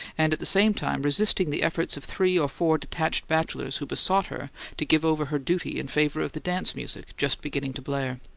and at the same time resisting the efforts of three or four detached bachelors who besought her to give over her duty in favour of the dance-music just beginning to blare.